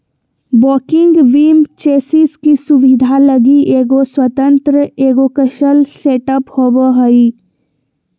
walking beam chassis की सुबिधा लगी एगो स्वतन्त्र एगोक्स्ल सेटअप होबो हइ